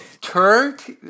Turk